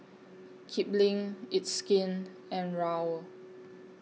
Kipling It's Skin and Raoul